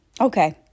okay